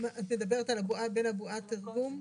את מדברת על בועת התרגום?